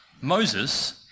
Moses